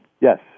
Yes